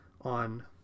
on